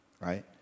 right